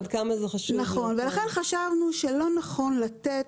לכן חשבנו שלא נכון לתת.